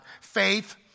Faith